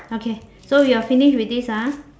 okay so you're finished with this ah